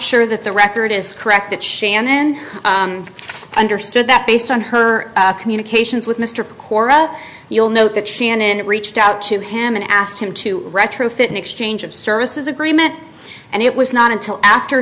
sure that the record is correct that shannon understood that based on her communications with mr cora you'll note that she and it reached out to him and asked him to retrofit an exchange of services agreement and it was not until after